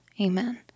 Amen